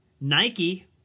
Nike